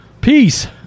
Peace